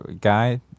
guy